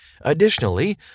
Additionally